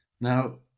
now